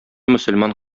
мөселман